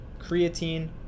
creatine